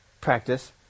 Practice